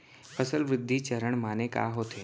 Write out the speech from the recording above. फसल वृद्धि चरण माने का होथे?